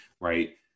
right